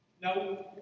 Now